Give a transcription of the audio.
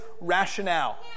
rationale